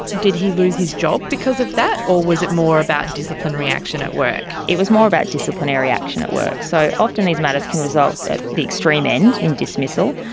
did he lose his job because of that, or was it more about disciplinary action at work? it was more about disciplinary action at work. so often these matters can result, at the extreme end, in dismissal,